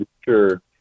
Sure